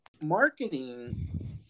marketing